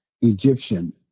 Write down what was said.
Egyptian